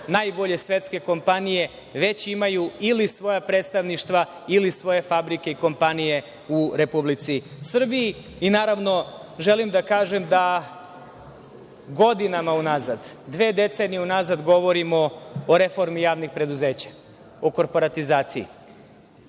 najbolje svetske kompanije već imaju ili svoja predsedništva ili svoje fabrike i kompanije u Republici Srbiji. Želim da kažem da godinama unazad, dve decenije unazad, govorimo o reformi javnih preduzeća, o korporatizaciji.